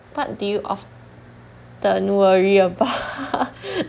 what do you often worry about